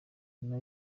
nyuma